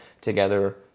together